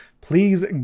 Please